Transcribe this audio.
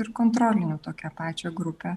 ir kontrolinių tokią pačią grupę